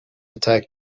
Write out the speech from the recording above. attack